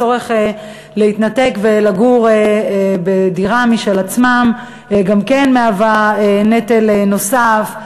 הצורך להתנתק ולגור בדירה משל עצמם גם כן מהווה נטל נוסף,